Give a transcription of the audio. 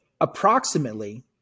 approximately